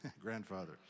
grandfather